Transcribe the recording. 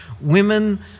women